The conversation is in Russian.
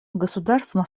государствам